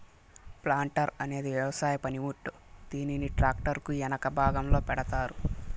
planter అనేది వ్యవసాయ పనిముట్టు, దీనిని ట్రాక్టర్ కు ఎనక భాగంలో పెడతారు